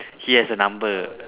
he has a number